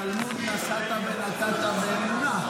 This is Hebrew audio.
כתוב בתלמוד: "נשאת ונתת באמונה".